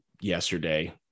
yesterday